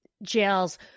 Jails